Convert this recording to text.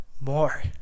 more